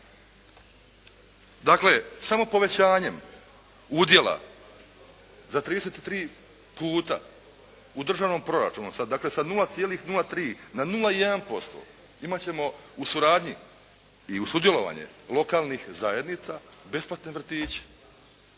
Dakle, samo povećanjem udjela za 33 puta u državnom proračunu dakle sa 0,03 na 0,1% imat ćemo u suradnji i uz sudjelovanje lokalnih zajednica besplatne vrtiće,